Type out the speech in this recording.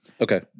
Okay